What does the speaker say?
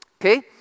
okay